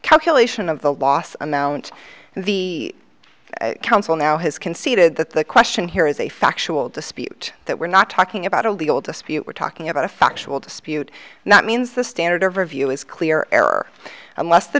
calculation of the loss of mt the council now has conceded that the question here is a factual dispute that we're not talking about a legal dispute we're talking about a factual dispute not means the standard of review is clear error unless the